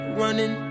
running